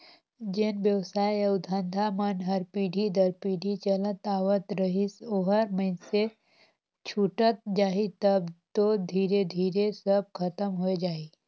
जेन बेवसाय अउ धंधा मन हर पीढ़ी दर पीढ़ी चलत आवत रहिस ओहर अइसने छूटत जाही तब तो धीरे धीरे सब खतम होए जाही